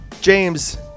James